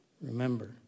remember